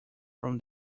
from